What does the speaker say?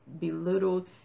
belittled